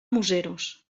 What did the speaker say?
museros